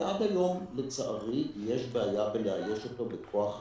ועד היום יש בעיה לאייש אותו בכוח אדם.